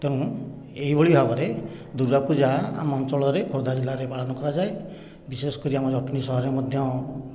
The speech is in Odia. ତେଣୁ ଏହିଭଳି ଭାବରେ ଦୁର୍ଗାପୂଜା ଆମ ଅଞ୍ଚଳରେ ଖୋର୍ଦ୍ଧା ଜିଲ୍ଲାରେ ପାଳନ କରାଯାଏ ବିଶେଷ କରି ଆମ ଜଟଣୀ ସହରରେ ମଧ୍ୟ